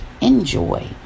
enjoy